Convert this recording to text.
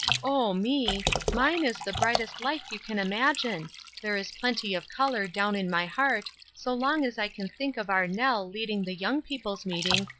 oh me, mine is the brightest life you can imagine there is plenty of color down in my heart so long as i can think of our nell leading the young people's meeting,